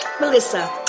Melissa